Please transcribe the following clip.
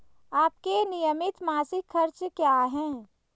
आपके नियमित मासिक खर्च क्या हैं?